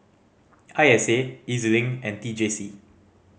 I S A E Z Link and T J C